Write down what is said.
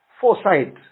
foresight